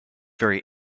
very